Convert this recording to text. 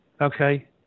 Okay